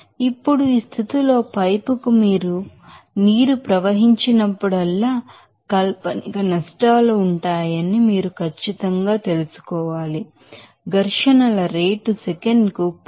ఇప్పుడు ఈ స్థితిలో పైపుకు నీరు ప్రవహించినప్పుడల్లా కాల్పనిక నష్టాలు ఉంటాయని మీకు ఖచ్చితంగా తెలుసు ఫ్రిక్షన్ రేట్ సెకనుకు 0